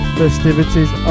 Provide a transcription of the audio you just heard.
festivities